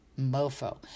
mofo